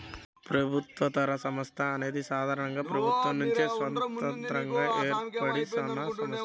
ప్రభుత్వేతర సంస్థ అనేది సాధారణంగా ప్రభుత్వం నుండి స్వతంత్రంగా ఏర్పడినసంస్థ